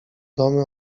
domy